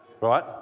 Right